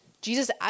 Jesus